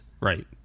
Right